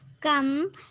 come